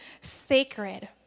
sacred